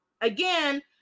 again